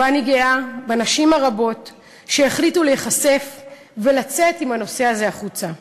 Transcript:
ואני גאה בנשים הרבות שהחליטו להיחשף ולצאת עם הנושא הזה החוצה.